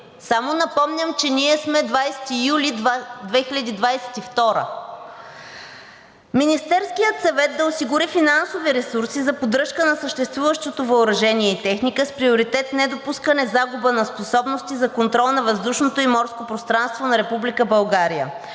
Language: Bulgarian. Само напомням, че ние сме 20 юли 2022 г. Министерският съвет да осигури финансови ресурси за поддръжка на съществуващото въоръжение и техника с приоритет недопускане загуба на способности за контрол на въздушното и морското пространство на